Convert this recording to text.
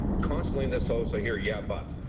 constantly in this house i hear yap but